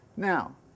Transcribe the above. Now